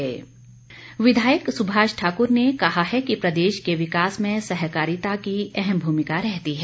सुभाष ठाकुर विधायक सुभाष ठाकर ने कहा है कि प्रदेश के विकास में सहकारिता की अहम भूमिका रहती है